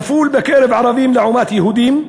כפול בקרב ערבים לעומת יהודים.